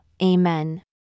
Amen